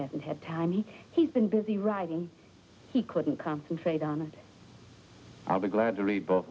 hasn't had time he he's been busy writing he couldn't concentrate on and i'll be glad to read both